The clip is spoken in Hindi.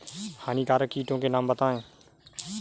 हानिकारक कीटों के नाम बताएँ?